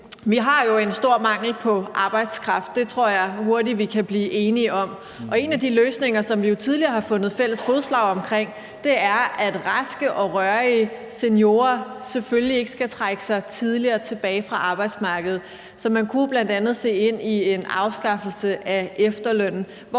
Vi har jo en stor mangel på arbejdskraft. Det tror jeg hurtigt vi kan blive enige om. Og en af de løsninger, som vi jo tidligere har fundet fælles fodslag om, er, at raske og rørige seniorer selvfølgelig ikke skal trække sig tidligere tilbage fra arbejdsmarkedet. Så man kunne jo bl.a. se ind i en afskaffelse af efterlønnen.